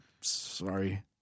sorry